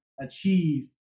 achieve